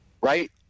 Right